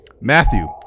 Matthew